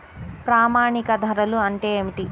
ప్రామాణిక ధరలు అంటే ఏమిటీ?